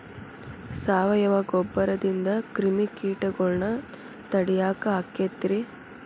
ಸಾವಯವ ಗೊಬ್ಬರದಿಂದ ಕ್ರಿಮಿಕೇಟಗೊಳ್ನ ತಡಿಯಾಕ ಆಕ್ಕೆತಿ ರೇ?